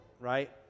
right